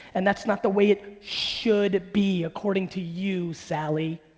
and that's not the way it should be according to you, sally.